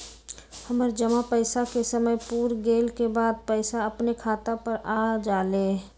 हमर जमा पैसा के समय पुर गेल के बाद पैसा अपने खाता पर आ जाले?